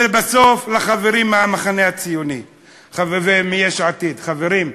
ובסוף, לחברים מהמחנה הציוני ומיש עתיד: חברים,